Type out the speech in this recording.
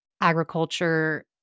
agriculture